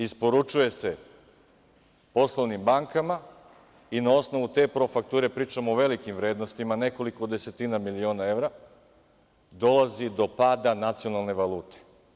Isporučuje se poslovnim bankama i na osnovu te profakture, pričam o velikim vrednostima, nekoliko desetina miliona evra, dolazi do pada nacionalne valute.